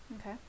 Okay